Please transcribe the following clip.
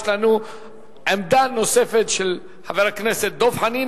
יש לנו עמדה נוספת של חבר הכנסת דב חנין,